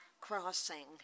crossing